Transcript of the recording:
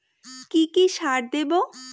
কি কি সার দেবো?